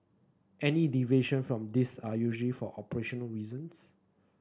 any deviation from these are usually for operational reasons